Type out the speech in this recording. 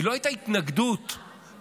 היא לא הייתה התנגדות מהותית,